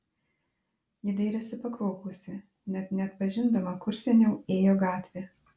ji dairėsi pakraupusi net neatpažindama kur seniau ėjo gatvė